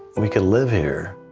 we could live here.